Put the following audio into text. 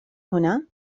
هنا